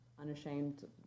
unashamed